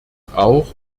auch